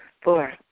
Four